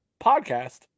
podcast